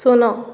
ଶୂନ